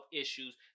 issues